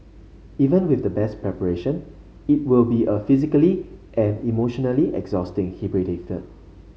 even with the best preparation it will be a physically and emotionally exhausting he predicted